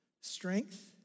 strength